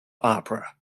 opera